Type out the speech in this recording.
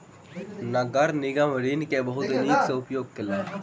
नगर निगम ऋण के बहुत नीक सॅ उपयोग केलक